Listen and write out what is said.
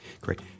great